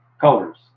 colors